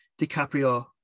DiCaprio